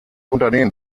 unternehmen